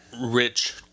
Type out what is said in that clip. rich